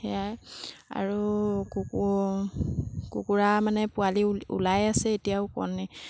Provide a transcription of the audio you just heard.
সেয়াই আৰু কুকুৰা মানে পোৱালি ওলাই আছে এতিয়াও কণী